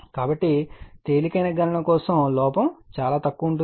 కాబట్టి తేలికైన గణన కోసం లోపం చాలా తక్కువగా ఉంటుంది